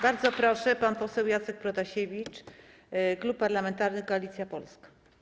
Bardzo proszę, pan poseł Jacek Protasiewicz, Klub Parlamentarny Koalicja Polska.